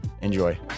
Enjoy